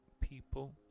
people